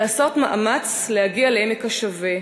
לעשות מאמץ להגיע לעמק השווה.